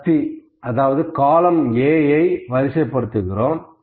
பத்தி அதாவது காலம்ன் Aஐ வரிசைபடுத்துகிறோம்